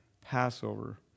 Passover